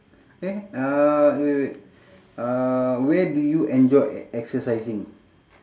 eh uh wait wait uh where do you enjoy e~ exercising